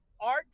art